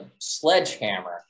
sledgehammer